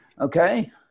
Okay